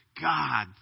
God